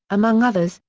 among others,